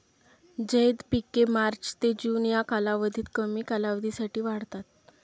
झैद पिके मार्च ते जून या कालावधीत कमी कालावधीसाठी वाढतात